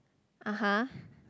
(uh huh)